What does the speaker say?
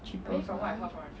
cheaper